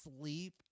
sleep